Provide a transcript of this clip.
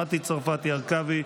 מטי צרפתי הרכבי,